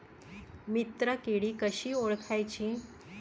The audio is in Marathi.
मित्र किडी कशी ओळखाची?